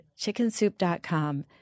chickensoup.com